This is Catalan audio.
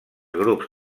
grups